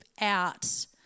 out